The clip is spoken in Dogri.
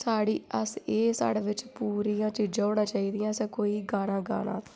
साढ़ी अस एह् साढ़ै बिच्च पूरियां चीजां होना चाही दियां असें कोई गाना गाना